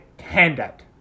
handout